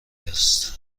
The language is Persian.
است